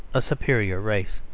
a superior race